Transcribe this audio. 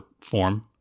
form